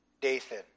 Dathan